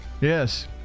Yes